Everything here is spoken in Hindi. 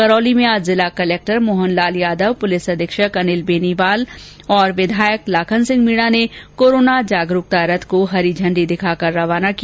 करौली में आज जिला कलेक्टर मोहन लाल यादव पुलिस अधीक्षक अनिल बेनीवाल और विधायक लाखन सिंह मीणा ने कोरोना जागरूकता रथ को हरी झंडी दिखाकर रवाना किया